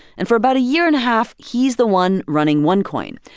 and for about a year and a half, he's the one running onecoin.